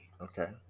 Okay